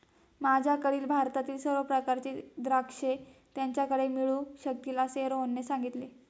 माझ्याकडील भारतातील सर्व प्रकारची द्राक्षे त्याच्याकडे मिळू शकतील असे रोहनने सांगितले